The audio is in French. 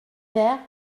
vert